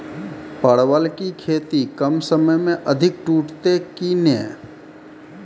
परवल की खेती कम समय मे अधिक टूटते की ने?